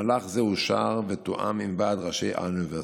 מהלך זה אושר ותואם עם ועד ראשי האוניברסיטאות.